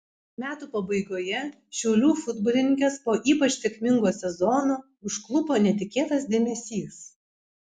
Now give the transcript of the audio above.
metų pabaigoje šiaulių futbolininkes po ypač sėkmingo sezono užklupo netikėtas dėmesys